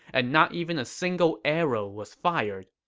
and not even a single arrow was fired.